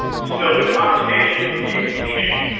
so the conversation needs to change,